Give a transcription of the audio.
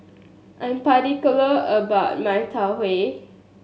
I'm particular about my Tau Huay